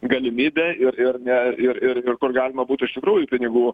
galimybė ir ir ne ir ir ir kur galima būtų iš tikrųjų pinigų